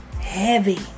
heavy